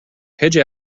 hedge